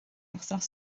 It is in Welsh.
wythnos